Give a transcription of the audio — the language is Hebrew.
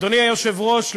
אדוני היושב-ראש,